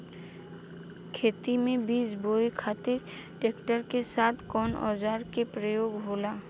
खेत में बीज बोए खातिर ट्रैक्टर के साथ कउना औजार क उपयोग होला?